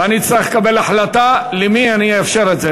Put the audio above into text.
ואני אצטרך לקבל החלטה למי אני אאפשר את זה.